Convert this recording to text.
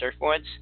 surfboards